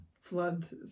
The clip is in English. floods